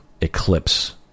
eclipse